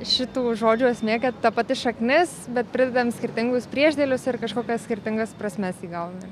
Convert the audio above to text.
šitų žodžių esmė kad ta pati šaknis bet pridedant skirtingus priešdėlius ir kažkokias skirtingas prasmes įgauna